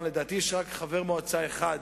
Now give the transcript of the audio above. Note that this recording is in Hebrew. לדעתי יש רק חבר מועצה אחד